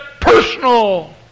personal